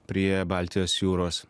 prie baltijos jūros